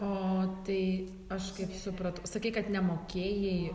o tai aš kaip supratau sakei kad nemokėjai